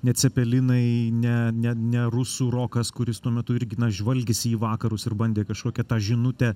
ne cepelinai ne ne ne rusų rokas kuris tuo metu irgi na žvalgėsi į vakarus ir bandė kažkokią tą žinutę